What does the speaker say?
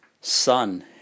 sun